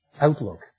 outlook